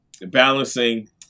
balancing